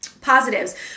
positives